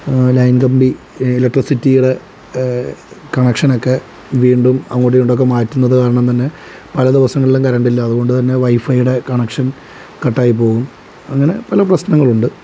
line കമ്പി ഇലക്ട്രിസിറ്റിയുടെ connection ഒക്കെ വീണ്ടും അങ്ങോട്ടും ഇങ്ങോട്ടും ഒക്കെ മാറ്റുന്നത് കാരണം തന്നെ പല ദിവസങ്ങളിലും കറണ്ട് ഇല്ല അതുകൊണ്ടുതന്നെ വൈഫൈയുടെ കണക്ഷൻ കട്ട് ആയി പോവും അങ്ങനെ പല പ്രശ്നങ്ങളുണ്ട്